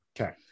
Okay